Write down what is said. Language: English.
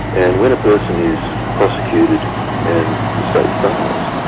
and when a person is prosecuted and the state fails,